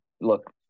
look